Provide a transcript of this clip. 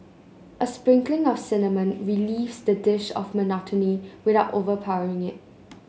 a sprinkling of cinnamon relieves the dish of monotony without overpowering it